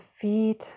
feet